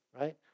right